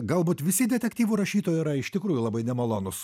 galbūt visi detektyvų rašytojai yra iš tikrųjų labai nemalonūs